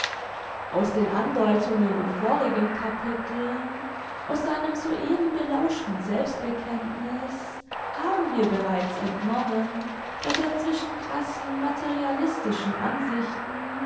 aus den andeutungen in vorigen capiteln aus seinem soeben belauschten selbstbekenntniß haben wir bereits entnommen daß er zwischen crassen materialistischen ansichten